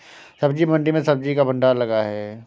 सब्जी मंडी में सब्जी का भंडार लगा है